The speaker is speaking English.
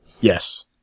Yes